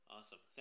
Awesome